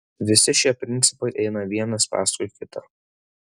visi šie principai eina vienas paskui kitą